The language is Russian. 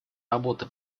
работы